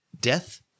Death